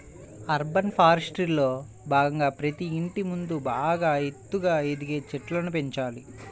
urban ఫారెస్ట్రీలో భాగంగా ప్రతి ఇంటి ముందు బాగా ఎత్తుగా ఎదిగే చెట్లను పెంచాలి